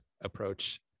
approach